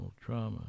trauma